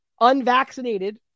Unvaccinated